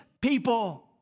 people